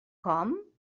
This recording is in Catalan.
com